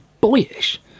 boyish